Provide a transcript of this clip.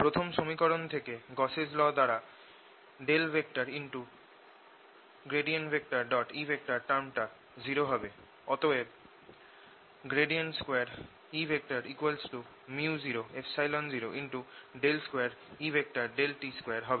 প্রথম সমীকরণ থেকে গাউসস ল Gausss law দ্বারা E টার্মটা 0 হবে অতএব 2E µ002Et2 হবে